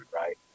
right